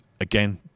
Again